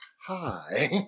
Hi